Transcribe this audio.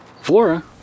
Flora